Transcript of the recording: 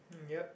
yup